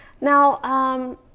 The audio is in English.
Now